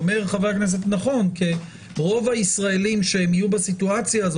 אומר חבר הכנסת נכון - רוב הישראלים שיהיו במצב הזה,